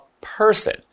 person